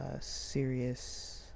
serious